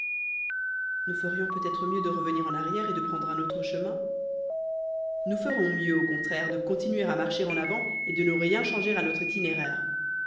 nous ferions peut-être mieux de revenir en arrière et de prendre un autre chemin nous ferons mieux au contraire de continuer à marcher en avant et de ne rien changer à notre itinéraire